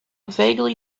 vaguely